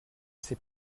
sais